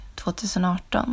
2018